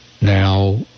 Now